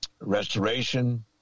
restoration